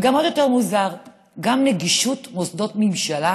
וגם, עוד יותר מוזר: נגישות מוסדות ממשלה,